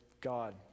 God